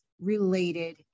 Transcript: related